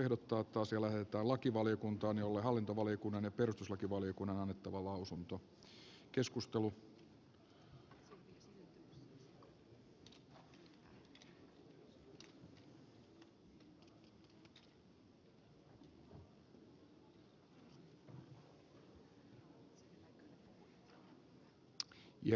ehdottaa että asia lähetetään lakivaliokuntaan jolle hallintovaliokunnan ja perustuslakivaliokunnan on annettava lausunto